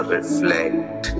reflect